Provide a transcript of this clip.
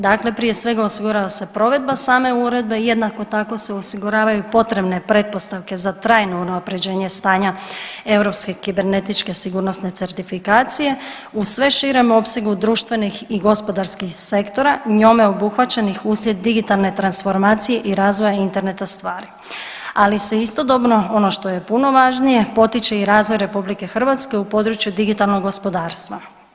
Dakle, prije svega, osigurava se provedba same Uredbe, jednako tako se osiguravaju potrebne pretpostavke za trajno unaprjeđenje stanja europske kibernetičke sigurnosne certifikacije, uz sve širem opsegu društvenih i gospodarskih sektora, njome obuhvaćenih uslijed digitalne transformacije i razvoja interneta stvari, ali se istodobno, ono što je puno važnije, potiče i razvoj RH u području digitalnog gospodarstva.